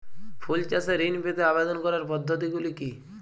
ফুল চাষে ঋণ পেতে আবেদন করার পদ্ধতিগুলি কী?